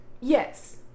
yes